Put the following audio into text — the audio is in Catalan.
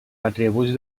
atributs